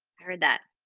heard that.